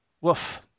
Woof